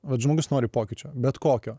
vat žmogus nori pokyčio bet kokio